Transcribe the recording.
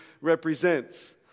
represents